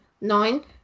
Nine